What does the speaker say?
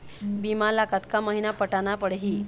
बीमा ला कतका महीना पटाना पड़ही?